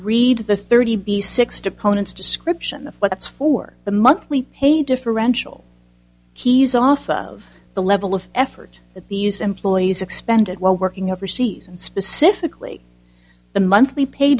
read this thirty be six deponents description of what it's for the monthly pay differential keys off of the level of effort that the u s employees expended while working overseas and specifically the monthly pay